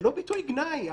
זה לא ביטוי גנאי.